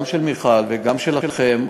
גם של מיכל וגם שלכם,